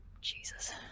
Jesus